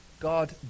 God